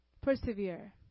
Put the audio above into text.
persevere